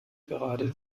gerade